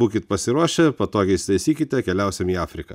būkit pasiruošę ir patogiai įsitaisykite keliausim į afriką